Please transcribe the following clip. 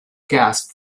gas